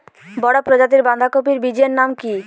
বড় প্রজাতীর বাঁধাকপির বীজের নাম কি?